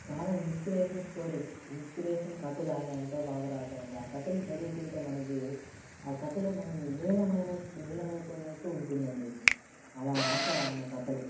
చాలా inspiration stories inspiration కథలు అయిన ఎంతో బాగా రాశారండి ఆ కథలు చదువుతుంటే మనకి ఆ కథలో మనం లీలమైనట్టు లీలమైపోయినట్టు ఉంటుందండి అలా రాశారు ఆయన కథలు